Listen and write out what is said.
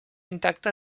intacta